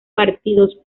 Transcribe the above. partidos